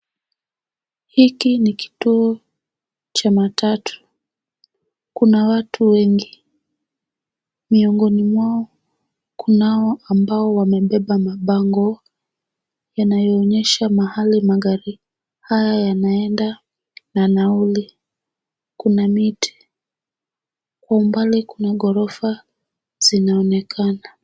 Hiki ni kituo cha matatu. Kuna watu wengi. Miongoni mwao kunao ambao wamebeba mabango yanayoonyesha mahali magari haya yanaenda na nauli. Kuna miti. Kwa umbali kuna ghorofa zinaonekana.